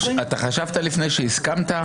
מתכבד לפתוח את ישיבת ועדת החוקה,